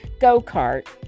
go-kart